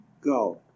go